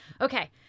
Okay